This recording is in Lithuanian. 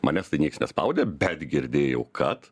manęs tai nieks nespaudė bet girdėjau kad